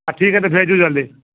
ठीक हइ तऽ भेजू जल्दीसँ